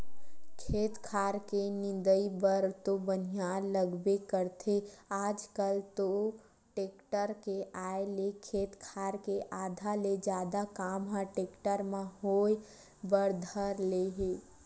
खेत खार के निंदई बर तो बनिहार लगबे करथे आजकल तो टेक्टर के आय ले खेत खार के आधा ले जादा काम ह टेक्टर म होय बर धर ले हे